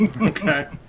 Okay